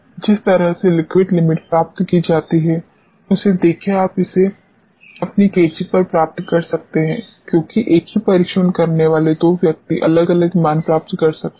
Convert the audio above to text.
जिस तरह से लिक्विड लिमिट प्राप्त की जाती है यह आपकी कैंची पर मिलने जैसा है क्योंकि एक ही परीक्षण करने वाले दो व्यक्ति अलग अलग मान प्राप्त कर सकते हैं